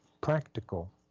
practical